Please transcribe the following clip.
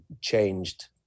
changed